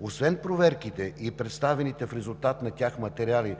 Освен проверките и представените в резултат на тях материали